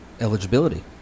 eligibility